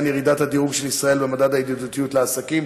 הדירוג של ישראל במדד הידידותיות לעסקים.